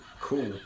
Cool